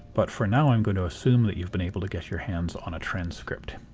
but for now i'm going to assume that you've been able to get your hands on a transcript.